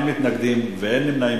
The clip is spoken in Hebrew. תשעה בעד, אין מתנגדים ואין נמנעים.